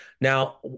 Now